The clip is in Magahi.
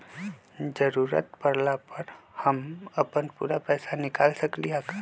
जरूरत परला पर हम अपन पूरा पैसा निकाल सकली ह का?